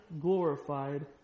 glorified